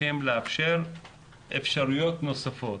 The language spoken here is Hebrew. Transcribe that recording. צריכים לאפשר אפשרויות נוספות.